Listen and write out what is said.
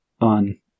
On